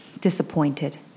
disappointed